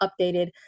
updated